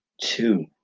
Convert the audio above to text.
two